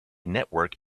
network